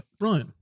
right